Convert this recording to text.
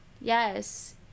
yes